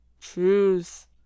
Choose